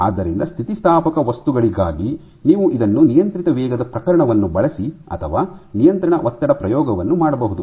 ಆದ್ದರಿಂದ ಸ್ಥಿತಿಸ್ಥಾಪಕ ವಸ್ತುಗಳಿಗಾಗಿ ನೀವು ಇದನ್ನು ನಿಯಂತ್ರಿತ ವೇಗದ ಪ್ರಕರಣವನ್ನು ಬಳಸಿ ಅಥವಾ ನಿಯಂತ್ರಣ ಒತ್ತಡ ಪ್ರಯೋಗವನ್ನು ಮಾಡಬಹುದು